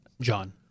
John